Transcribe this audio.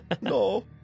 No